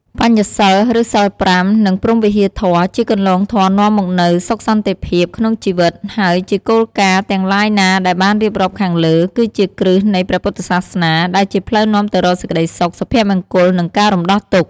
បញ្ចសីល ឬ សីល ៥ និងព្រហ្មវិហារធម៌ ជាគន្លងធម៌នាំមកនូវសុខសន្តិភាពក្នុងជីវិតហើយជាគោលការណ៍ទាំងឡាយណាដែលបានរៀបរាប់ខាងលើ គឺជាគ្រឹះនៃព្រះពុទ្ធសាសនា ដែលជាផ្លូវនាំទៅរកសេចក្តីសុខ សុភមង្គល និងការរំដោះទុក្ខ។